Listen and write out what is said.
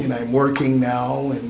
you know i'm working now